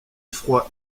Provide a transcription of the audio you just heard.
froid